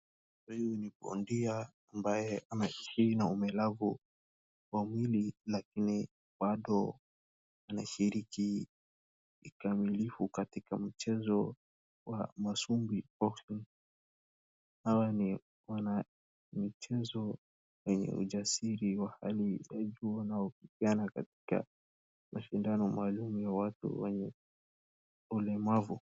Huyu ni bondia ambaye ameshiri na ulemavu wa mwili lakini bado anashiriki kikamilifu katika mchezo wa masumbi boxing . Hawa ni wanamichezo wenye ujasiri wa hali ya juu na hushindana katika mashindano maalum ya watu wenye ulemavu.